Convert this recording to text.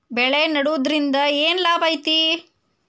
ಬೆಳೆ ನೆಡುದ್ರಿಂದ ಏನ್ ಲಾಭ ಐತಿ?